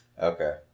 Okay